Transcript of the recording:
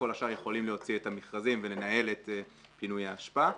כל השאר יכולים להוציא את המכרזים ולנהל את פינויי האשפה.